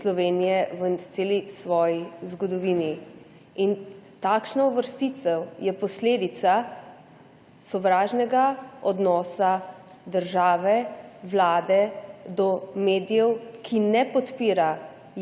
Slovenije v celi svoji zgodovini. Takšna uvrstitev je posledica sovražnega odnosa države, Vlade do medijev, ki ne podpira